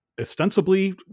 ostensibly